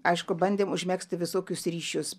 aišku bandėm užmegzti visokius ryšius